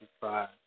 five